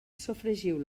sofregiu